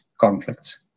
conflicts